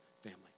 family